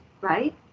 right